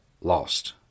lost